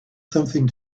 something